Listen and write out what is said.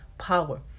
power